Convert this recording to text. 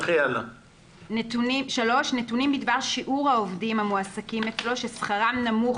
נתונים בדבר שיעור העובדים המועסקים אצלו ששכרם נמוך